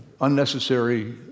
unnecessary